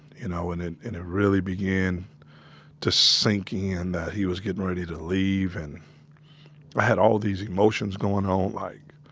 you know, and it really began to sink in that he was gettin' ready to leave, and i had all these emotions goin' on like,